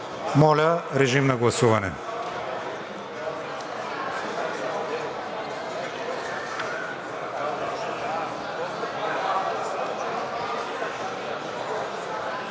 Моля, режим на гласуване